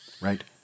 right